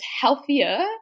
healthier